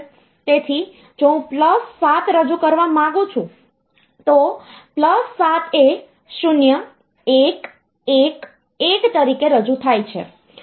તેથી જો હું પ્લસ 7 રજૂ કરવા માંગુ છું તો પ્લસ 7 એ 0111 તરીકે રજૂ થાય છે